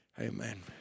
Amen